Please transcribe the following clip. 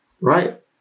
Right